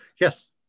yes